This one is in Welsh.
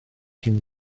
cyn